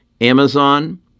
Amazon